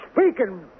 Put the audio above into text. speaking